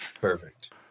perfect